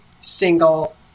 single